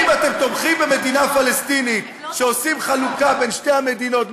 האם אתם תומכים במדינה פלסטינית כשעושים חלוקה בין שתי המדינות,